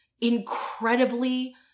incredibly